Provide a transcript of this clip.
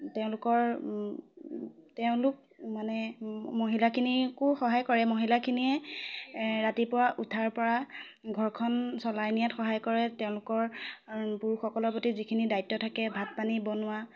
তেওঁলোকৰ তেওঁলোক মানে মহিলাখিনিকো সহায় কৰে মহিলাখিনিয়ে এ ৰাতিপুৱা উঠাৰ পৰা ঘৰখন চলাই নিয়াত সহায় কৰে তেওঁলোকৰ পুৰুসসকলৰ প্ৰতি যিখিনি দায়িত্ব থাকে ভাত পানী বনোৱা